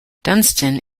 dunston